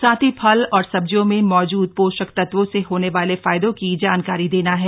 साथ ही फल और सब्जियों में मौजूद पोषक तत्वों से होने वाले फायदों की जानकारी देना है